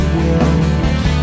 wills